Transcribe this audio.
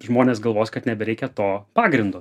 žmonės galvos kad nebereikia to pagrindo